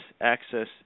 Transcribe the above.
access